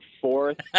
fourth